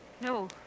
No